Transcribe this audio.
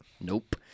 Nope